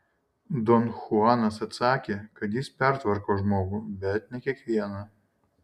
don chuanas atsakė kad jis pertvarko žmogų bet ne kiekvieną